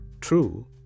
true